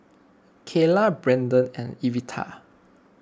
Keila Brenden and Evita